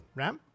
ram